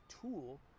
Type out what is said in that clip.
tool